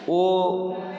ओ